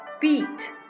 beat